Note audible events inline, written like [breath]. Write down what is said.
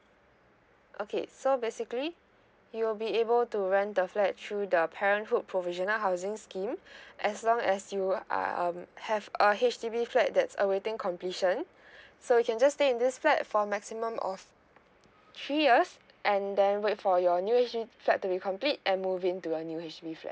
okay so basically you'll be able to rent the flat through the parenthood provisional housing scheme [breath] as long as you um have a H_D_B flat that's awaiting completion [breath] so you can just stay in this flat for a maximum of three years and then wait for your new H_D_B flat to be complete and move in to a new H_D_B flat